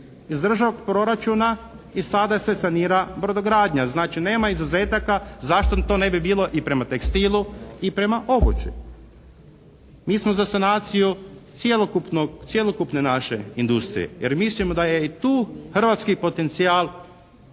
Iz državnog proračuna i sada se sanira se brodogradnja. Znači nema izuzetaka zašto to ne bi bilo i prema tekstilu i prema obući. Mi smo za sanaciju cjelokupne naše industrije jer mislimo da je i tu hrvatski potencijal